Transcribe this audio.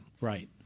Right